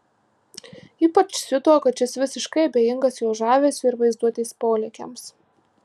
ypač siuto kad šis visiškai abejingas jo žavesiui ir vaizduotės polėkiams